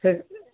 ସେ